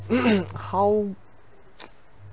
how